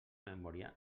memòria